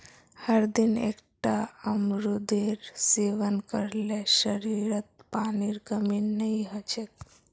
हरदिन एकता अमरूदेर सेवन कर ल शरीरत पानीर कमी नई ह छेक